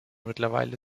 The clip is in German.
mittlerweile